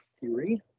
theory